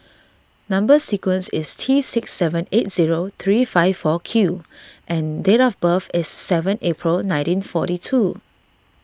Number Sequence is T six seven eight zero three five four Q and date of birth is seven April nineteen forty two